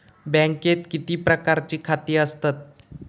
बँकेत किती प्रकारची खाती असतत?